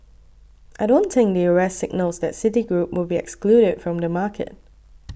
I don't think the arrest signals that Citigroup will be excluded from the market